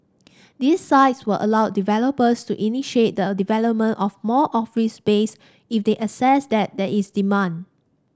these sites will allow developers to initiate the development of more office space if they assess that there is demand